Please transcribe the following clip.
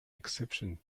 exception